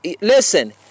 listen